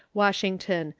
washington,